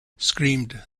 screamed